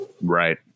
right